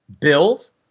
Bills